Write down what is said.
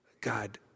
God